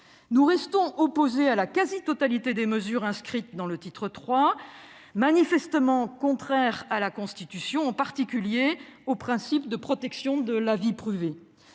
Nous restons opposés à la quasi-totalité des mesures inscrites dans le titre III. Elles sont manifestement contraires à la Constitution, en particulier au principe de protection de la vie privée.